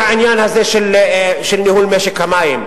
מהעניין הזה של ניהול משק המים,